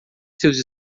seus